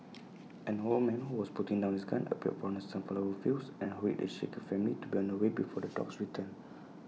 an old man who was putting down his gun appeared from the sunflower fields and hurried the shaken family to be on their way before the dogs return